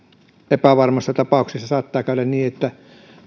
epävarmassa tapauksessa saattaa käydä niin että